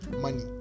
money